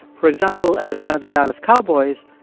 for example, as a fan of the dallas cowboys,